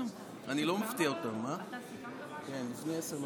מתכנסת המליאה, וההצבעה לא לפני 10:00